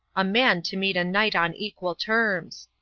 a man to meet a knight on equal terms.